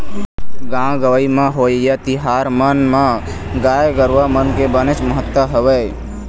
गाँव गंवई म होवइया तिहार मन म गाय गरुवा मन के बनेच महत्ता हवय